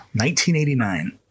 1989